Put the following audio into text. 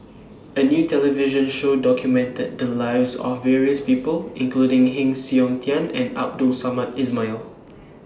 A New television Show documented The Lives of various People including Heng Siok Tian and Abdul Samad Ismail